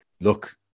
look